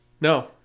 No